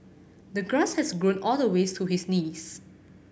the grass had grown all the way to his knees